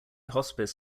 hospice